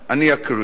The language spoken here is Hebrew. אני אקריא: